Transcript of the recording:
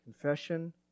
Confession